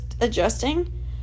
adjusting